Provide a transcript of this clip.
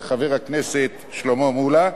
של חבר הכנסת שלמה מולה,